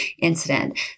incident